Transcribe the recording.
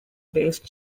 based